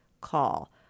call